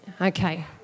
Okay